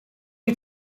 you